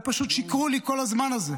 אלא פשוט שיקרו לי כל הזמן הזה.